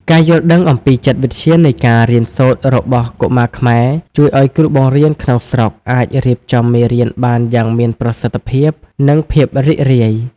ការយល់ដឹងអំពីចិត្តវិទ្យានៃការរៀនសូត្ររបស់កុមារខ្មែរ ជួយឱ្យគ្រូបង្រៀនក្នុងស្រុកអាចរៀបចំមេរៀនបានយ៉ាងមានប្រសិទ្ធភាព និងភាពរីករាយ។